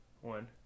One